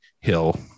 hill